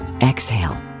Exhale